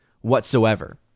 whatsoever